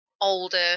older